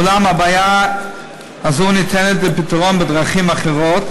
אולם הבעיה הזו ניתנת לפתרון בדרכים אחרות,